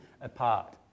apart